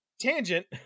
tangent